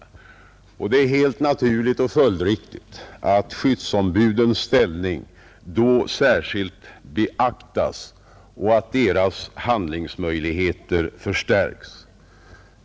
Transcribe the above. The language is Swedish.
Det är helt naturligt och följdriktigt att skyddsombudens ställning då särskilt beaktas och att deras handlingsmöjligheter förstärks.